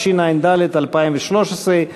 התשע"ד 2013,